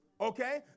Okay